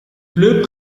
pleut